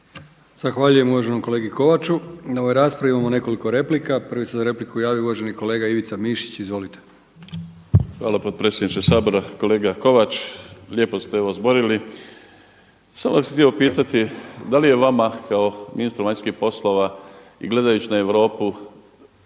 Zahvaljujem uvaženom kolegi Kovaču na ovoj raspravi. Imamo nekoliko replika. Prvi se za repliku javio uvaženi kolega Ivica Mišić. Izvolite. **Mišić, Ivica (Promijenimo Hrvatsku)** Hvala potpredsjedniče Sabora. Kolega Kovač, lijepo ste ovo zborili. Samo sam vas htio pitati, da li je vama kao ministru vanjskih poslova i gledajući na Europu